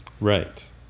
Right